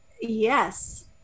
yes